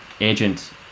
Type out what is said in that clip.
agent